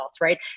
right